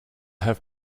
have